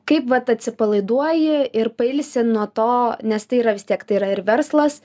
kaip vat atsipalaiduoji ir pailsi nuo to nes tai yra vis tiek tai yra ir verslas